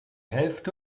hälfte